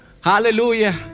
Hallelujah